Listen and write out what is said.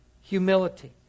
humility